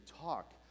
talk